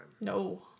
No